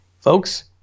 folks